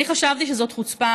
אני חשבתי שזאת חוצפה.